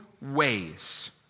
ways